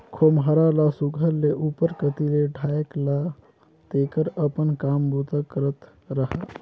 खोम्हरा ल सुग्घर ले उपर कती ले ढाएक ला तेकर अपन काम बूता करत रहा